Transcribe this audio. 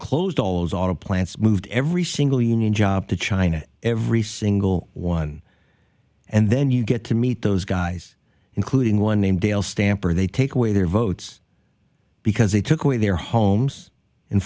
closed all those auto plants moved every single union job to china every single one and then you get to meet those guys including one named dale stamper they take away their votes because they took away their homes